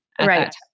Right